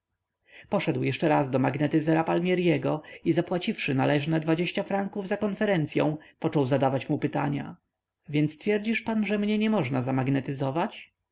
poszedł jeszcze raz do magnetyzera palmierego i zapłacić należy na dwadzieścia franków za konferencyą począł zadawać mu pytania więc twierdzisz pan że mnie nie można zamagnetyzować